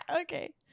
Okay